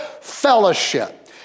fellowship